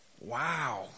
Wow